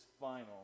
final